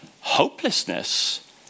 hopelessness